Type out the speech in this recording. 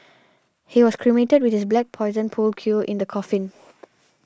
he was cremated with his black Poison pool cue in the coffin